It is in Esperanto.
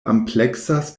ampleksas